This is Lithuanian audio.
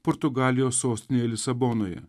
portugalijos sostinėje lisabonoje